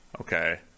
okay